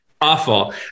awful